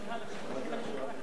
התשע"ב 2012,